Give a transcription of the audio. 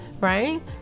right